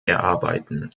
erarbeiten